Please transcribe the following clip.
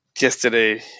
yesterday